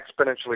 exponentially